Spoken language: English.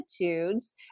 attitudes